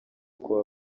kuba